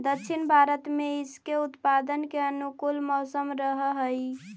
दक्षिण भारत में इसके उत्पादन के अनुकूल मौसम रहअ हई